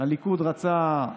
הליכוד רצה,